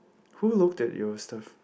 who looked at your stuff